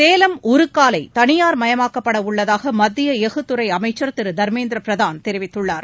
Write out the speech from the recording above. சேலம் உருக்காலை தனியார்மயமாக்கப்பட உள்ளதாக மத்திய எஃகுத்துறை அமைச்சர் திரு தர்மேந்திர பிரதான் தெரிவித்துள்ளார்